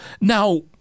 Now